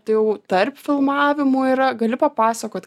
tai jau tarp filmavimų yra gali papasakot